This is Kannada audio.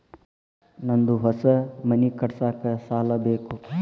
ನಂದು ಹೊಸ ಮನಿ ಕಟ್ಸಾಕ್ ಸಾಲ ಬೇಕು